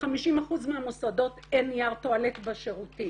ב-50% מהמוסדות אין נייר טואלט בשירותים.